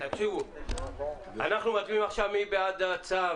אנחנו מצביעים עכשיו: מי בעד הצו